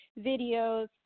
videos